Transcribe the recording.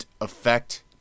effect